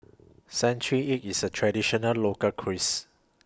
Century Egg IS A Traditional Local Cuisine